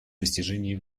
достижении